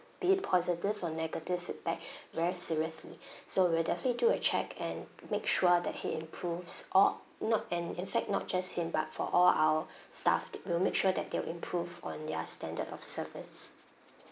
be it positive or negative feedback very seriously so we'll definitely do a check and make sure that he improves or not and in fact not just him but for all our staff we'll make sure that they will improve on their standard of service